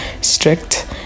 strict